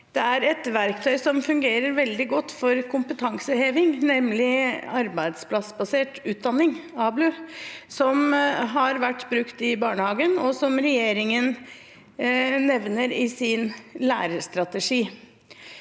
viktig. Et verktøy som fungerer veldig godt for kompetanseheving, nemlig arbeidsplassbasert utdanning, ABLU, har vært brukt i barnehagen, og regjeringen nevner det i sin lærerstrategi.